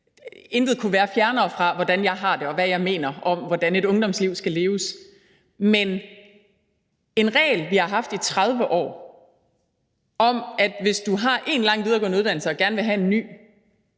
Intet kunne være fjernere fra, hvordan jeg har det, og hvad jeg mener om, hvordan et ungdomsliv skal leves. Men en regel, vi har haft i 30 år, om, at hvis du har én lang videregående uddannelse og gerne vil have en ny,